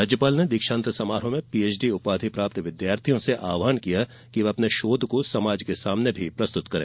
राज्यपाल ने दीक्षांत समारोह में पीएचडी उपाधि प्राप्त विद्यार्थियों से आव्हान किया कि वे अपने शोध को समाज के सामने भी प्रस्तुत करें